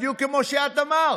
בדיוק כמו שאת אמרת.